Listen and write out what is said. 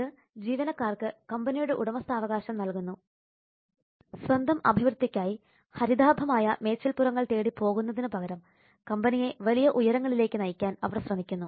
ഇത് ജീവനക്കാർക്ക് കമ്പനിയുടെ ഉടമസ്ഥാവകാശം നൽകുന്നു സ്വന്തം അഭിവൃദ്ധിക്കായി ഹരിതാഭമായ മേച്ചിൽപുറങ്ങൾ തേടി പോകുന്നതിനു പകരം കമ്പനിയെ വലിയ ഉയരങ്ങളിലേക്ക് നയിക്കാൻ അവർ ശ്രമിക്കുന്നു